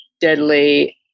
deadly